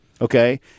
okay